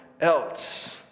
else